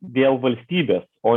dėl valstybės o